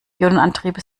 ionenantriebe